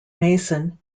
mason